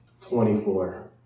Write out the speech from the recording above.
24